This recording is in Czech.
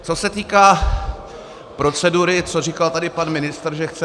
Co se týká procedury, co říkal tady pan ministr, že chce